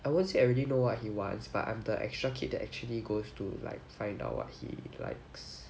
I won't say already know what he wants but I'm the extra kid that actually goes to like find out what he likes